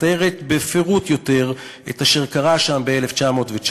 מתארת יותר בפירוט את אשר קרה שם ב-1919: